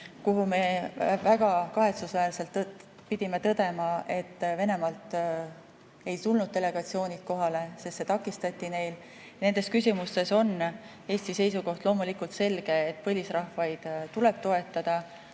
kuhu – väga kahetsusväärselt pidime tõdema – Venemaalt ei tulnud delegatsioonid kohale, sest neid takistati. Nendes küsimustes on Eesti seisukoht loomulikult selge: põlisrahvaid tuleb toetada,